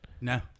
No